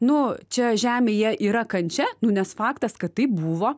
nu čia žemėj jie yra kančia nu nes faktas kad taip buvo